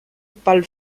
pel